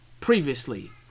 previously